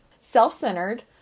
Self-centered